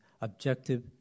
objective